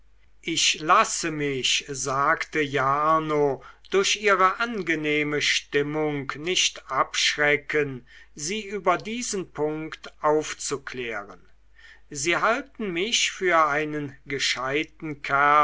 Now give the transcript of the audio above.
ich lasse mich sagte jarno durch ihre angenehme stimmung nicht abschrecken sie über diesen punkt aufzuklären sie halten mich für einen gescheiten